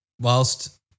whilst